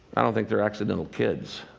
i don't think there are accidental kids.